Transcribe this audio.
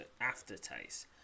aftertaste